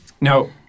No